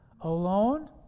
alone